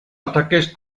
ataques